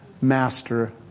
Master